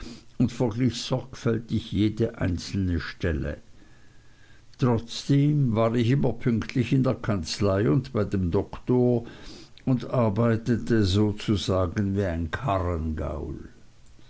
und verglich sorgfältig jede einzelne stelle trotzdem war ich immer pünktlich in der kanzlei und bei dem doktor und arbeitete sozusagen wie ein